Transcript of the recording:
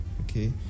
Okay